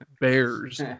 bears